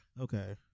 Okay